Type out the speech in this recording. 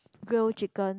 grill chicken